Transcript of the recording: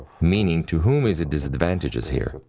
meaning, to whom is it disadvantageous here?